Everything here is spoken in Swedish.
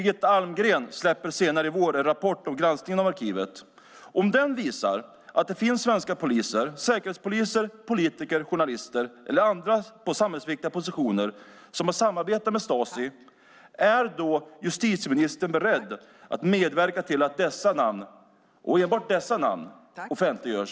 Birgitta Almgren släpper senare i vår en rapport om granskningen av arkivet. Om den visar att det finns svenska poliser, säkerhetspoliser, politiker, journalister eller andra på samhällsviktiga positioner som har samarbetat med Stasi är då justitieministern beredd att medverka till att enbart dessa namn offentliggörs?